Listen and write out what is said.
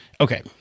okay